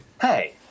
Hey